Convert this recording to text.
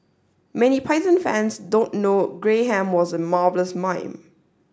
many Python fans don't know Graham was a marvellous mime